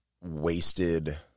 wasted